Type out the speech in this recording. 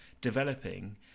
developing